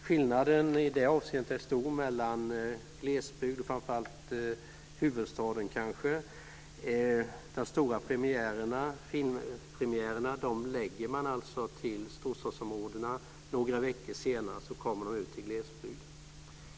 Skillnaden i det avseendet är stor mellan glesbygden, och kanske framför allt huvudstaden. De stora filmpremiärerna förlägger man till storstadsområdena. Några veckor senare kommer filmerna ut till glesbygden.